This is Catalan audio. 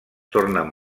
tornen